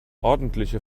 ordentliche